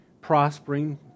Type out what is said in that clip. prospering